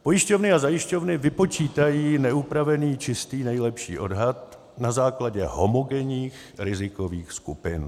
Pojišťovny a zajišťovny vypočítají neupravený čistý nejlepší odhad na základě homogenních rizikových skupin.